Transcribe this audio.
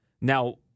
Now